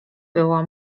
było